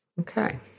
Okay